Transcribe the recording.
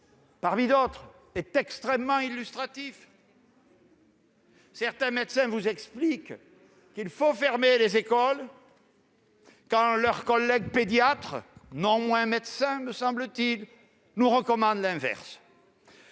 parmi d'autres, est extrêmement illustratif. Certains médecins expliquent qu'il faut fermer les écoles, quand leurs collègues pédiatres et non moins médecins, me semble-t-il, recommandent l'inverse.